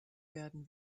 werden